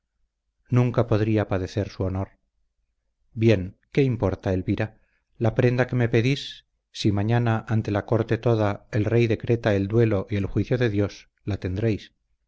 nunca podría padecer su honor bien qué importa elvira la prenda que me pedís si mañana ante la corte toda el rey decreta el duelo y el juicio de dios la tendréis